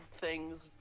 thing's